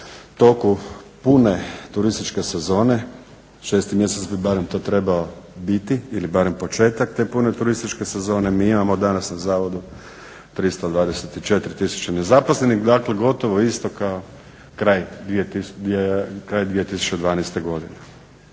toku pune turističke sezone, 6 mjesec bi barem to trebao biti ili barem početak te pune turističke sezone, mi imamo danas na zavodu 324 tisuće nezaposlenih, dakle, gotovo isto kao kraj 2012. godine.